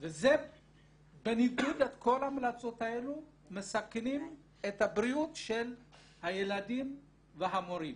וזה בניגוד לכל ההמלצות האלו ומסכן את הבריאות של הילדים והמורים,